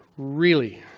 really?